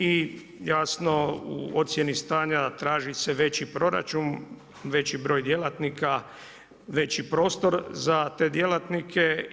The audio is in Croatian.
I jasno u ocjeni stanja traži se veći proračun, veći broj djelatnika, veći prostor za te djelatnike.